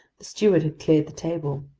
the steward had cleared the table.